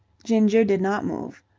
ginger did not move.